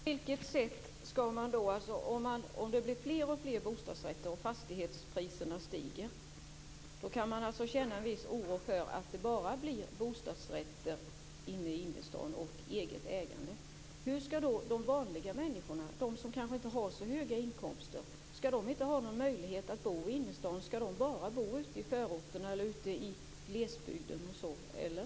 Fru talman! Om det blir fler och fler bostadsrätter och fastighetspriserna stiger, kan man känna en viss oro för att det bara blir bostadsrätter och eget ägande i innerstaden. Skall då de vanliga människorna, de som kanske inte har så höga inkomster, inte ha någon möjlighet att bo i innerstaden? Skall de bara bo ute i förorterna eller ute i glesbygden, eller?